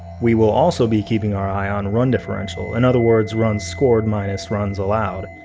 we will also be keeping our eye on run differential. in other words, runs scored minus runs allowed.